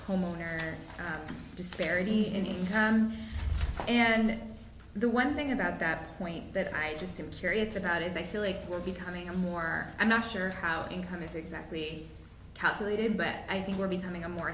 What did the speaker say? homeowner disparity in income and the one thing about that point that i just i'm curious about is i feel like we're becoming a more i'm not sure our income is exactly calculated back i think we're becoming a more